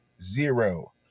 zero